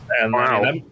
Wow